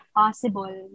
possible